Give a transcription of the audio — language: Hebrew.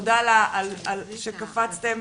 תודה שקפצתן